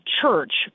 church